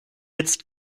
jetzt